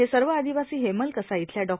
हे सर्व आदिवासी हेमलकसा इथल्या डॉ